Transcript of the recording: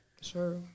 sure